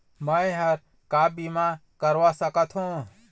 मैं हर का बीमा करवा सकत हो?